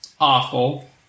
Awful